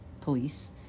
police